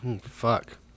fuck